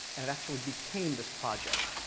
and it actually became this project.